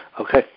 okay